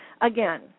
Again